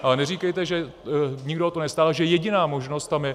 Ale neříkejte, že nikdo o to nestál, že jediná možnost tam je...